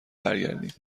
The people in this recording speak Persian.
برگردیم